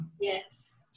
yes